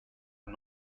are